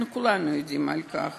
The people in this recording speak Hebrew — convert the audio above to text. כולנו יודעים על כך